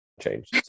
change